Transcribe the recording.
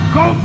go